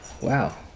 wow